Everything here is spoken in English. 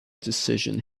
decision